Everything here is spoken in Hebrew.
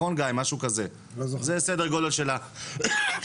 זה סדר גודל של המספרים.